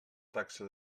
taxa